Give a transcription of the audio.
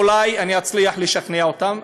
אולי אני אצליח לשכנע אותם,